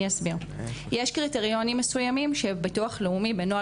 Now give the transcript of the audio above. יש קריטריונים מסוימים שביטוח לאומי בנוהל